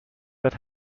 but